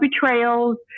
betrayals